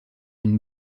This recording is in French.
une